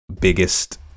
biggest